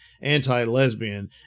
anti-lesbian